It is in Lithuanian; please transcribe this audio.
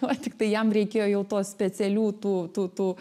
va tiktai jam reikėjo jau tos specialių tų tų tų